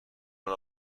una